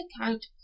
account